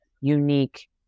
unique